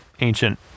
ancient